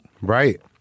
Right